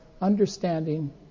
understanding